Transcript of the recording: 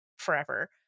forever